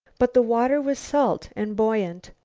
but the water was salt and buoyant.